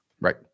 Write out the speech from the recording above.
Right